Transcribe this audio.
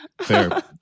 fair